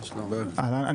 אבל זה עושה סדר בתהליך.